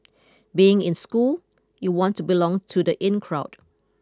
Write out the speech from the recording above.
being in school you want to belong to the in crowd